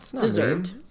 deserved